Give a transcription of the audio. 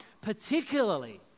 particularly